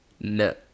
No